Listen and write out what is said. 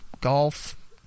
golf